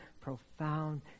profound